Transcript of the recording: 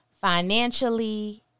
financially